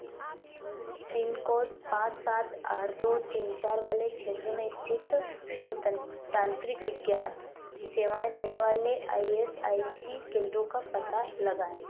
pin code पाँच सात आठ दो तीन चार वाले क्षेत्र में स्थित और तांत्रिका विज्ञान सेवाएँ देने वाले आई एस आई सी केंद्रो का पता लगाएँ